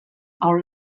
are